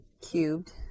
cubed